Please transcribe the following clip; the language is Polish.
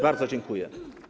Bardzo dziękuję.